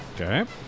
Okay